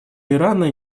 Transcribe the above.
ирана